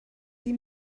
sie